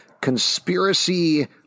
conspiracy